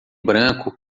branco